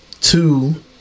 two